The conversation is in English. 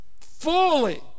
fully